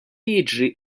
jiġri